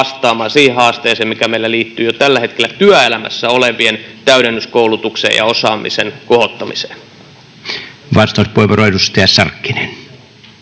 vastaamaan siihen haasteeseen, mikä meillä liittyy jo tällä hetkellä työelämässä olevien täydennyskoulutukseen ja osaamisen kohottamiseen. Arvoisa puhemies! Synkkyyteen